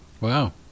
Wow